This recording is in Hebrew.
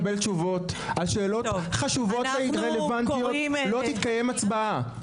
על שאלות חשובות ורלוונטיות, לא תתקיים הצבעה.